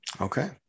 Okay